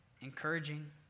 encouraging